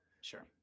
Sure